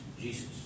Jesus